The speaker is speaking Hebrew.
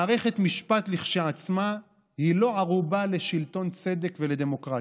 מערכת משפט כשלעצמה היא לא ערובה לשלטון צדק ולדמוקרטיה.